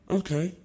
okay